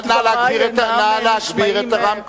האם דברי אינם נשמעים, נא להגביר את הרמקול.